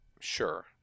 Sure